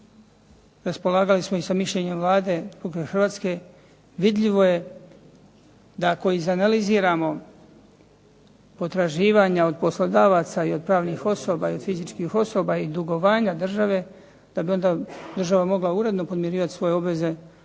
raspolagali smo i sa mišljenjem Vlade Republike Hrvatske, vidljivo je da ako izanaliziramo potraživanja od poslodavaca i od pravnih osoba i fizičkih osoba, i dugovanja države da bi onda država mogla uredno podmirivati svoje obaveze da nije